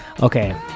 okay